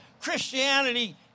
Christianity